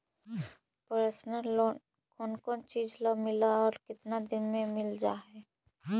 Personal loan कोन कोन चिज ल मिल है और केतना दिन में मिल जा है?